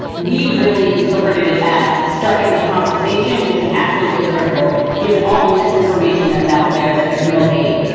we really interpreted it as starting the conversation, which is absolutely critical, given all the misinformation that's out there, that there's no aid.